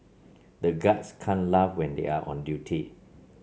the guards can't laugh when they are on duty